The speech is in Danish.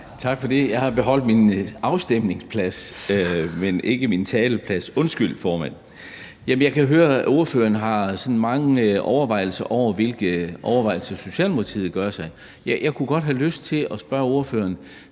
Tak for det. Jeg har beholdt min afstemningsplads, som ikke er min taleplads. Undskyld, formand. Jeg kan høre, at ordføreren har mange overvejelser over, hvilke overvejelser Socialdemokratiet gør sig. Jeg kunne godt have lyst til at spørge ordføreren